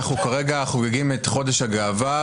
אנחנו כרגע חוגגים את חודש הגאווה,